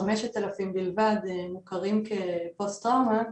חמשת אלפים בלבד מוכרים כפוסט טראומה,